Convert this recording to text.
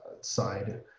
side